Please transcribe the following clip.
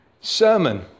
sermon